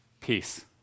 peace